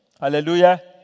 Hallelujah